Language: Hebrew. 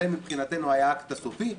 זה מבחינתנו היה האקט הסופי.